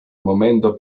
momento